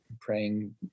praying